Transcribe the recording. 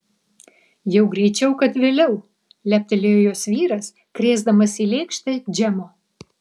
jau greičiau kad vėliau leptelėjo jos vyras krėsdamas į lėkštę džemo